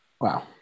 wow